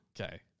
Okay